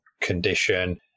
condition